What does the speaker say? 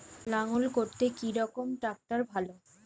লাঙ্গল করতে কি রকম ট্রাকটার ভালো?